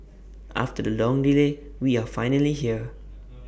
after the long delay we are finally here